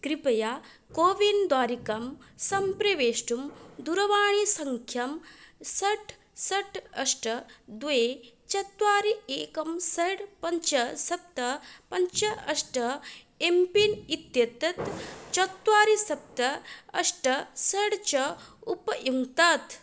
कृपया कोविन् द्वारिकां सम्प्रवेष्टुं दूरवाणीसङ्ख्यां षट् षट् अष्ट द्वे चत्वारि एकं षट् पञ्च सप्त पञ्च अष्ट एम् पिन् इत्येतत् चत्वारि सप्त अष्ट षड् च उपयुङ्क्तात्